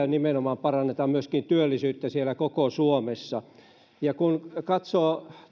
nimenomaan parannetaan työllisyyttä koko suomessa ja kun katsoo